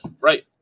Right